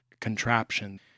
contraption